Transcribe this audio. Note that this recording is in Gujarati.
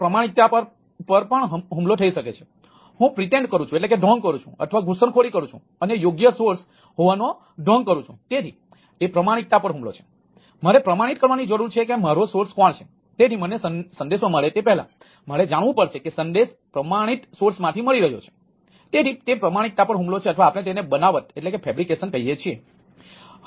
પ્રમાણિકતા કહીએ છીએ